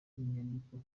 inyandiko